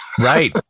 Right